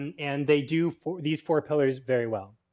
and and they do for these four pillars very well.